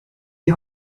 die